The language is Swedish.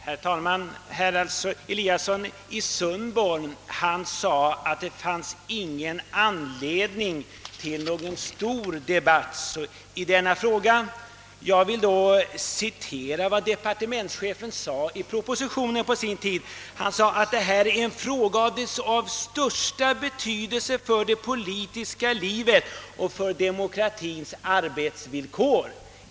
Herr talman! Herr Eliasson i Sundborn menade att det inte finns anledning till någon stor debatt i detta ärende. Jag vill då erinra om vad departementschefen på sin tid anförde i propositionen, nämligen att detta är en fråga av största betydelse för det politiska livet och för demokratiens ar betsvillkor.